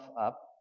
up